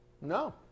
No